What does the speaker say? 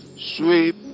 sweep